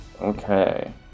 Okay